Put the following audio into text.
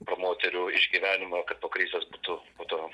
promauterių išgyvenimo kad po krizės būtų po to